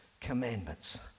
commandments